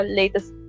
latest